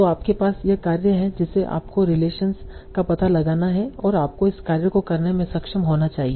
तो आपके पास यह कार्य है जिसे आपको रिलेशनस का पता लगाना है और आपको इस कार्य को करने में सक्षम होना चाहिए